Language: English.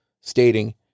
stating